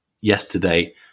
yesterday